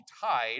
tied